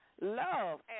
love